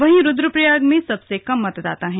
वहीं रुद्रप्रयाग में सबसे कम मतदाता हैं